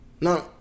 No